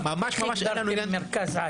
אגב, איך הגדרתם מרכז-על?